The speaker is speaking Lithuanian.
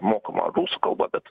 mokoma rusų kalba bet